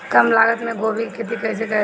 कम लागत मे गोभी की खेती कइसे कइल जाला?